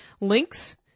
links